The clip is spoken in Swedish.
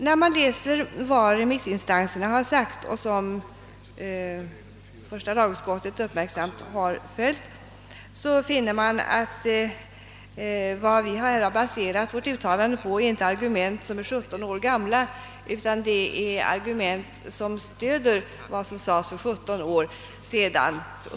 När man läser vad remissinstanserna har uttalat — vilket första lagutskottet uppmärksamt har studerat — finner man att vad vi har baserat vårt uttalande på inte är argument som är 17 år gamla utan argument som stöder vad som sades för 17 år sedan.